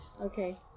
Okay